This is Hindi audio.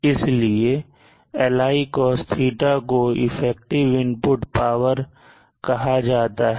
इसलिए Li cos θ को इफेक्टिव इनपुट पावर कहा जाता है